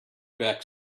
back